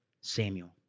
Samuel